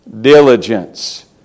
diligence